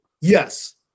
yes